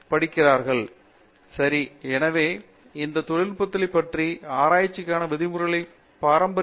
பேராசிரியர் பிரதாப் ஹரிதாஸ் சரி எனவே இந்த தொழில்நுட்பங்களைப் பற்றிய ஆராய்ச்சிக்கான விதிமுறைகளை பாரம்பரிய மற்றும் பண்டைய காலத்தில் காணலாம்